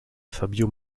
fabio